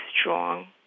strong